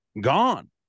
gone